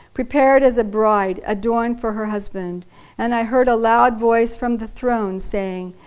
prepared as a bride adorned for her husband and i heard a loud voice from the throne saying,